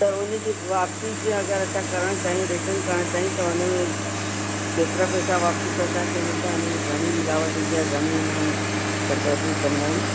पर उनजी वापिसी जीअं अगरि असां करण चाहियूं रिटर्न करण चाहियूं त उनमें केतिरा पैसा वापिसि असांखे मिलंदा इनमें घणी मिलावट हुंदी आहे घणी हुनमें कटैती कंदा आहिनि